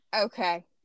Okay